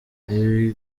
ibi